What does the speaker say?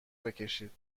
بکشید